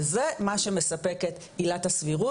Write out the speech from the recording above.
וזה מה שמספקת עילת הסבירות,